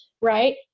right